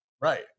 Right